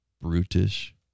brutish